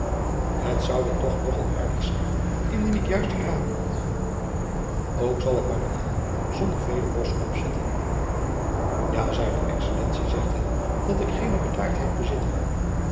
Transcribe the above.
het zoude toch nog al aartig zijn indien ik juist geraden had ook zal ik maar een helm zonder vederbos opzetten ja zijne excellentie zegt wel dat ik geene bedaardheid bezitte